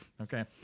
okay